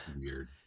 weird